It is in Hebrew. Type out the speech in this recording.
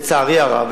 לצערי הרב,